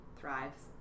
thrives